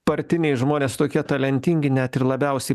partiniai žmonės tokie talentingi net ir labiausiai